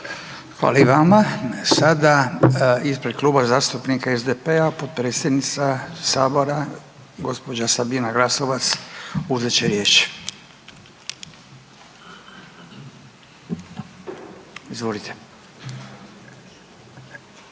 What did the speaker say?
Hvala i vama. Sada ispred Kluba zastupnika SDP-a potpredsjedniče Sabora, gđa. Sabina Glasovac uzet će riječ. Izvolite.